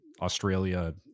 Australia